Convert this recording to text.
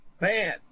Man